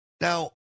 Now